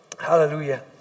hallelujah